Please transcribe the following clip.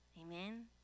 Amen